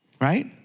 right